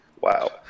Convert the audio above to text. Wow